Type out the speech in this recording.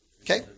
Okay